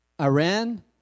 Iran